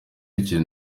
ikintu